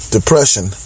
Depression